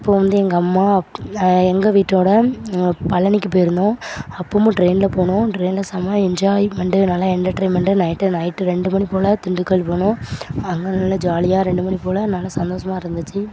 இப்போ வந்து எங்கள் அம்மா எங்கள் வீட்டோடு பழனிக்கு போயிருந்தோம் அப்பமும் ட்ரெயினில் போனோம் ட்ரெயினில் செம என்ஜாய்மெண்ட்டு நல்லா என்டர்டைமெண்ட்டு நைட்டு நைட்டு ரெண்டு மணி போல் திண்டுக்கல் போனோம் அங்கே நல்ல ஜாலியாக ரெண்டு மணி போல் நல்ல சந்தோஸமாக இருந்துச்சு